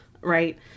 Right